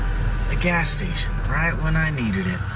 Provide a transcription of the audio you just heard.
a gas station, right when i needed it.